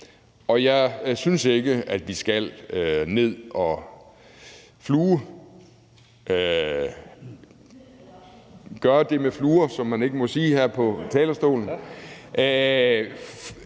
og jeg synes ikke, at vi skal ned og ... gøre det der med fluer, som man ikke må sige her på talerstolen